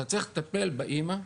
אתה צריך לטפל באמא,